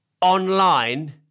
online